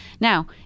Now